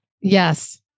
Yes